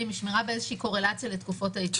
היא שמירה באיזושהי קורלציה לתקופות ההתיישנות.